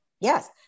Yes